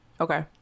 Okay